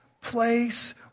place